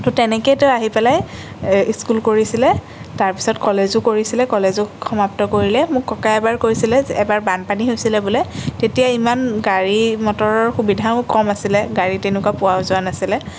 তো তেনেকেইতো তেওঁ আহি পেলাই স্কুল কৰিছিলে তাৰ পিছত কলেজো কৰিছিলে কলেজো সমাপ্ত কৰিলে মোক ককাই এবাৰ কৈছিলে যে এবাৰ বানপানী হৈছিলে বোলে তেতিয়া ইমান গাড়ী মটৰৰ সুবিধাও কম আছিলে গাড়ী তেনেকুৱা পোৱাও যোৱা নাছিলে